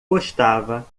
gostava